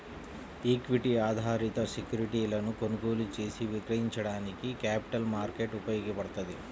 equity ఆధారిత సెక్యూరిటీలను కొనుగోలు చేసి విక్రయించడానికి క్యాపిటల్ మార్కెట్ ఉపయోగపడ్తది